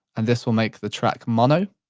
and this will make the track mono.